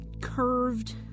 curved